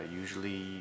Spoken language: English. usually